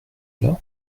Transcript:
est